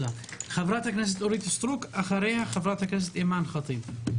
חברת הכנסת אורית סטרוק ואחריה חברת הכנסת אימאן ח'טיב.